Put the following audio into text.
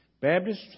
Baptist